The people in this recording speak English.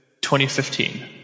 2015